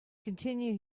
continue